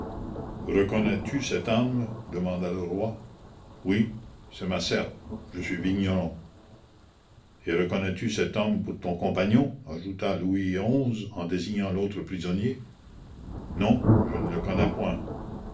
reconnais-tu cette arme demanda le roi oui c'est ma serpe je suis vigneron et reconnais-tu cet homme pour ton compagnon ajouta louis xi en désignant l'autre prisonnier non je ne le connais point